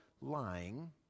lying